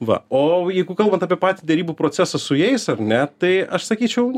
va o jeigu kalbant apie patį derybų procesą su jais ar ne tai aš sakyčiau